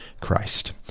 Christ